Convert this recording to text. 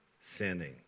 sinning